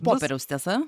popieriaus tiesa